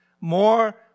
more